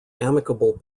amicable